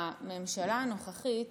שבממשלה הנוכחית